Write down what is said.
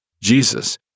Jesus